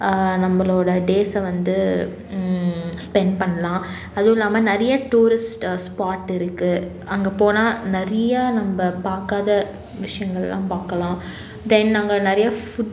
நம்மளோட டேஸை வந்து ஸ்பென்ட் பண்ணலாம் அதுவும் இல்லாமல் நிறைய டூரிஸ்ட் ஸ்பாட் இருக்கு அங்கே போனால் நிறைய நம்ம பார்க்காத விஷயங்கள்லாம் பார்க்கலாம் தென் அங்கே நிறையா ஃபுட்